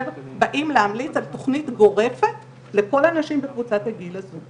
פשוט רואים את זה באופן מאוד מאוד ברור ביחס ישר.